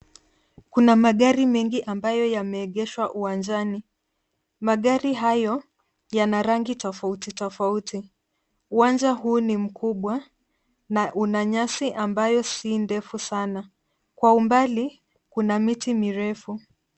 Kuna magari mengi ambayo yameegeshwa uwanjani. Magari hayo yana rangi tofauti tofauti. Uwanja huu ni mkubwa na una nyasi ambayo si ndefu sana. Kwa umbali kuna miti mirefu.